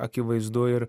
akivaizdu ir